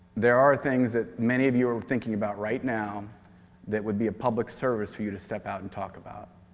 there are things that many of you are thinking about right now that would be a public service for you to step out and talk about.